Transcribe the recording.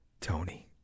Tony